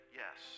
yes